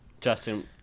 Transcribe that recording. Justin